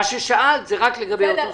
מה ששאלת, זה רק לגבי אותו סעיף.